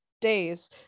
days